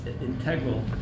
integral